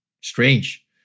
Strange